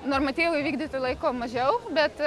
normatyvą įvykdyti laiko mažiau bet